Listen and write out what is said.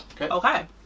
Okay